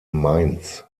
mainz